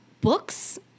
books